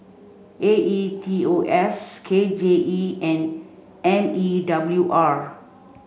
A E T O S K J E and M E W R